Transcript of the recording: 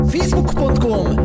Facebook.com